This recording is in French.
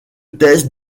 thèse